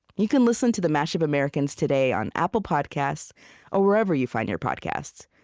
you can listen to the mash-up americans today on apple podcasts or wherever you find your podcasts.